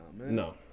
No